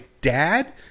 dad